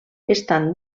estan